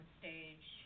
stage